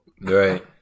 right